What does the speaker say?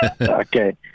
Okay